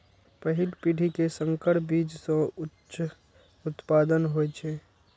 पहिल पीढ़ी के संकर बीज सं उच्च उत्पादन होइ छै